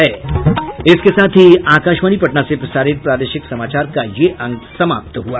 इसके साथ ही आकाशवाणी पटना से प्रसारित प्रादेशिक समाचार का ये अंक समाप्त हुआ